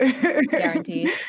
guaranteed